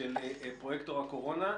של פרויקטור הקורונה,